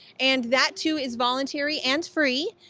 and that too is voluntary and free,